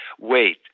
Wait